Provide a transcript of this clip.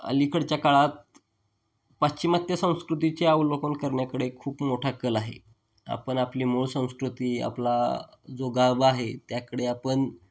अलीकडच्या काळात पाश्चिमात्य संस्कृतीचे अवलोकन करण्याकडे खूप मोठा कल आहे आपण आपली मूळ संस्कृती आपला जो गाभा आहे त्याकडे आपण